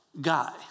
guy